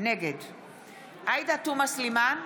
נגד עאידה תומא סלימאן,